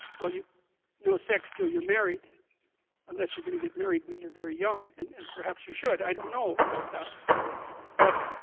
well you know sex till you're married unless going to get married when you're very young and and perhaps you should i don't know about that but